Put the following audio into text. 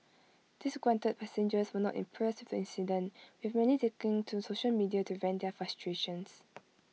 disgruntled passengers were not impressed the incident with many taking to social media to vent their frustrations